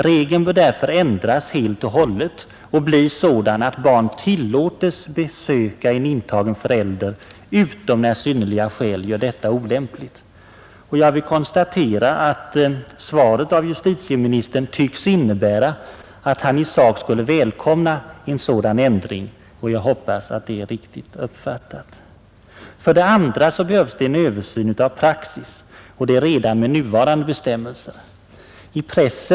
Regeln bör därför ändras helt och hållet på så sätt, att barn tillåts besöka en intagen förälder utom när synnerliga skäl gör detta olämpligt. Jag vill konstatera att justitieministerns svar innebär att han i sak skulle välkomna en sådan ändring — jag hoppas att det är riktigt uppfattat. För det andra behövs det redan med nuvarande bestämmelser en översyn av praxis.